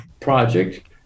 project